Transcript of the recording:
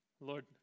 Lord